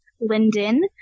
Linden